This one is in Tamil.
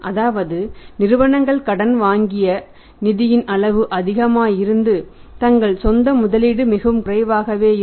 அதாவது நிறுவனங்கள் கடன் வாங்கிய நிதியின் அளவு அதிகமாய் இருந்து தங்கள் சொந்த முதலீடு மிகவும் குறைவாகவே இருக்கும்